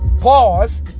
pause